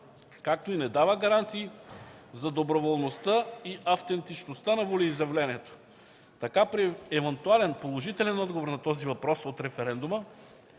както и не дава гаранции за доброволността и автентичността на волеизявлението. Така при евентуален положителен отговор на този въпрос от референдума,